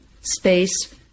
space